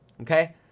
okay